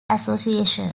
association